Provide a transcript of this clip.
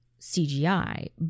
CGI